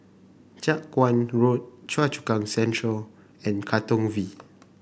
Jiak Chuan Road Choa Chu Kang Central and Katong V